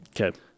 Okay